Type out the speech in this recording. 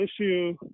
issue